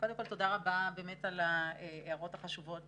רבה על ההערות החשובות